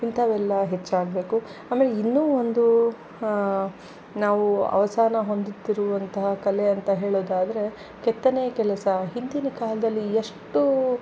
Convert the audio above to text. ಇಂಥವೆಲ್ಲ ಹೆಚ್ಚಾಗಬೇಕು ಆಮೇಲೆ ಇನ್ನೂ ಒಂದು ನಾವು ಅವಸಾನ ಹೊಂದುತ್ತಿರುವಂತಹ ಕಲೆ ಅಂತ ಹೇಳೋದಾದರೆ ಕೆತ್ತನೆಯ ಕೆಲಸ ಹಿಂದಿನ ಕಾಲದಲ್ಲಿ ಎಷ್ಟೋ